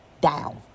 down